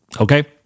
Okay